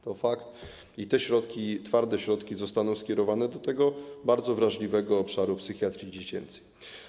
To fakt i te środki, twarde środki, zostaną skierowane do tego bardzo wrażliwego obszaru - psychiatrii dziecięcej.